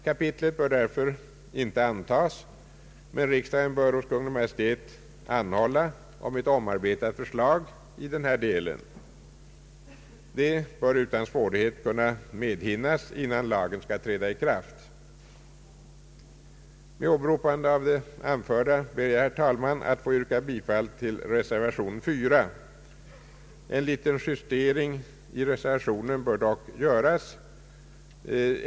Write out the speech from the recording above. Kapitlet bör därför inte antas, utan riksdagen bör hos Kungl. Maj:t anhålla om ett omarbetat förslag i denna del. Det bör utan svårighet kunna medhinnas innan lagen skall träda i kraft. Med åberopande av det anförda ber jag, herr talman, att få yrka bifall till reservation IV. En liten justering i reservationen bör dock göras.